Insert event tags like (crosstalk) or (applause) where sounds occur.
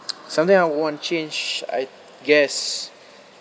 (noise) some thing I want change I guess